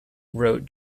wrote